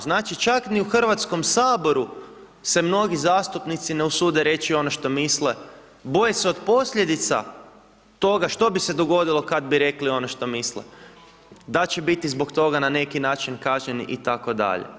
Znači čak ni u Hrvatskom saboru se mnogi zastupnici ne usude reći ono što misle, boje se od posljedica toga što bi se dogodilo kada bi rekli ono što misle da će biti zbog toga na neki način kažnjeni itd.